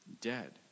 dead